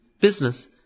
Business